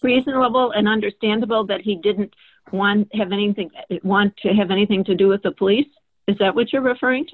reasonable and understandable that he didn't want to have anything want to have anything to do with the police is that what you're referring to